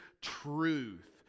truth